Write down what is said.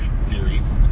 series